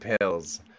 pills